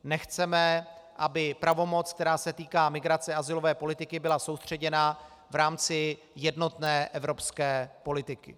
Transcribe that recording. Nechceme, aby pravomoc, která se týká migrace, azylové politiky, byla soustředěna v rámci jednotné evropské politiky.